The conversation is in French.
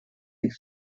high